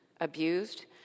abused